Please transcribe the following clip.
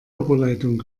oberleitung